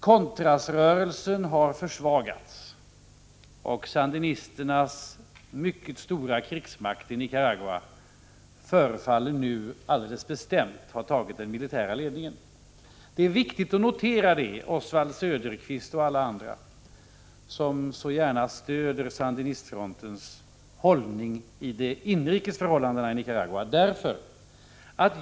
Contrasrörelsen har försvagats, och sandinisternas mycket stora krigsmakt i Nicaragua förefaller nu alldeles bestämt ha tagit den militära ledningen. Det är viktigt att notera det, Oswald Söderqvist och alla ni andra som så gärna stöder sandinistfrontens hållning när det gäller de inrikes förhållandena i Nicaragua.